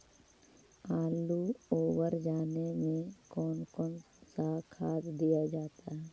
आलू ओवर जाने में कौन कौन सा खाद दिया जाता है?